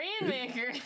Rainmaker